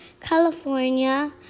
California